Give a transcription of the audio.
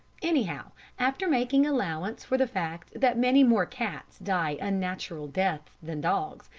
anyhow, after making allowance for the fact that many more cats die unnatural deaths than dogs,